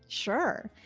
sure.